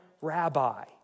rabbi